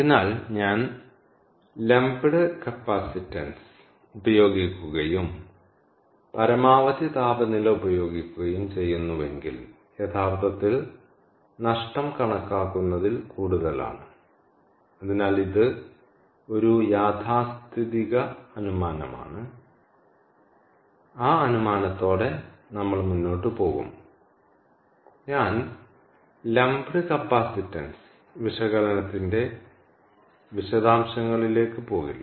അതിനാൽ ഞാൻ lump capacitance ഉപയോഗിക്കുകയും പരമാവധി താപനില ഉപയോഗിക്കുകയും ചെയ്യുന്നുവെങ്കിൽ യഥാർത്ഥത്തിൽ നഷ്ടം കണക്കാക്കുന്നതിൽ കൂടുതലാണ് അതിനാൽ ഇത് ഒരു യാഥാസ്ഥിതിക അനുമാനമാണ് ആ അനുമാനത്തോടെ നമ്മൾ മുന്നോട്ട് പോകും ഞാൻ ലംപ് കപ്പാസിറ്റൻസ് വിശകലനത്തിന്റെ വിശദാംശങ്ങളിലേക്ക് പോകില്ല